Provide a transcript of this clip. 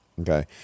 Okay